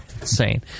insane